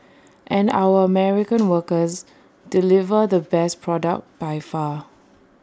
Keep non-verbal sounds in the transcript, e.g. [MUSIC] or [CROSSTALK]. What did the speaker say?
and our American [NOISE] workers deliver the best product by far